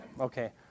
okay